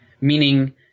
meaning